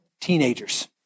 teenagers